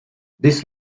this